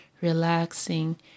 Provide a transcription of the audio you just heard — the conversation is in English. relaxing